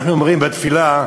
אנחנו אומרים בתפילה: